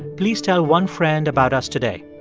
please tell one friend about us today.